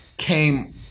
Came